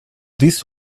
this